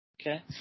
Okay